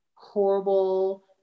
horrible